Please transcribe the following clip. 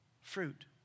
fruit